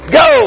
go